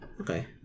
Okay